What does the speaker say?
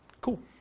Cool